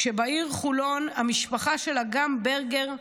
כשבעיר חולון המשפחה של אגם ברגר,